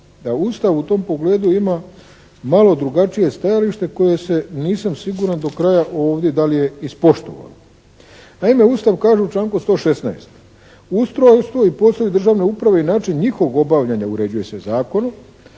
Ustav u tom pogledu ima malo drugačije stajalište koje se nisam siguran do kraja ovdje da li je ispoštovan. Naime, Ustav kaže u članku 116. ustroj, ustroj i poslovi državne uprave i način njihovog obavljanja uređuje se zakonom.